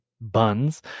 buns